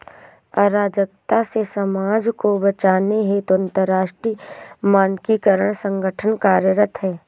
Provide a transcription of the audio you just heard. अराजकता से समाज को बचाने हेतु अंतरराष्ट्रीय मानकीकरण संगठन कार्यरत है